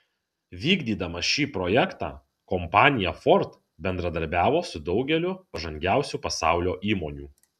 vykdydama šį projektą kompanija ford bendradarbiavo su daugeliu pažangiausių pasaulio įmonių